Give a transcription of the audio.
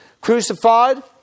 crucified